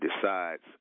decides